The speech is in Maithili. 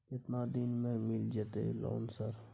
केतना दिन में मिल जयते लोन सर?